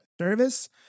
service